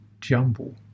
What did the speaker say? jumble